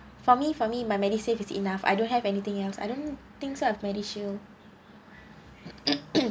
for me for me my medisave is enough I don't have anything else I don't think so of medishield